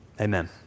Amen